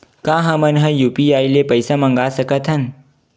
का हमन ह यू.पी.आई ले पईसा मंगा सकत हन?